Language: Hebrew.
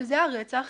שזה היה רצח